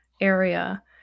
area